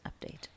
update